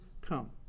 come